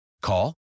Call